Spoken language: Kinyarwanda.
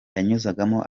yanyuzagamo